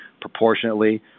proportionately